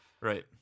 Right